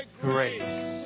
grace